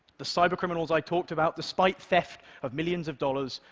the cybercriminals i talked about, despite theft of millions of dollars,